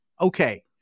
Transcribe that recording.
Okay